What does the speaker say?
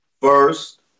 First